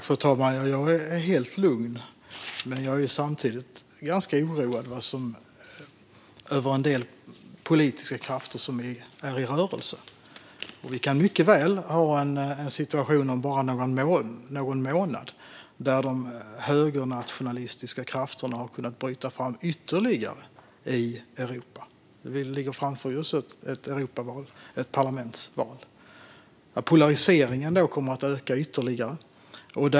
Fru talman! Jag är helt lugn, men jag är samtidigt ganska oroad över en del politiska krafter som är i rörelse. Vi kan mycket väl om bara någon månad ha en situation där de högernationalistiska krafterna har kunnat bryta fram ytterligare i Europa. Framför oss ligger ju ett Europaval - ett parlamentsval. Polariseringen kan då komma att öka ytterligare.